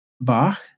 Bach